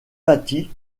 bâti